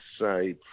say